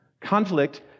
conflict